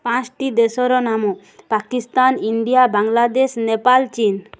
ପାଞ୍ଚଟି ଦେଶର ନାମ ପାକିସ୍ତାନ ଇଣ୍ଡିଆ ବାଂଲାଦେଶ ନେପାଲ ଚୀନ୍